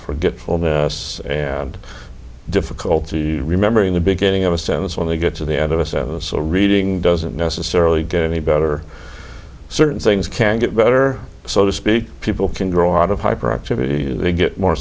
forgetfulness and difficulty remembering the beginning of a sentence when they get to the end of us so reading doesn't necessarily get any better certain things can get better so to speak people can grow out of hyperactivity they get more